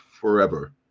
forever